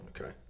Okay